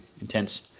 intense